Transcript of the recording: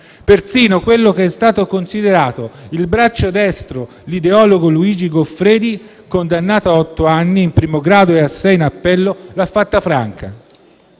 persino quello che è stato considerato il braccio destro, l'ideologo Luigi Goffredi, condannato a otto anni in primo grado e a sei in appello, l'ha fatta franca.